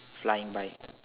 flying by